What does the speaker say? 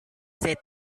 the